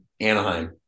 Anaheim